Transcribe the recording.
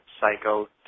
Psycho